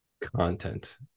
content